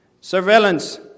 Surveillance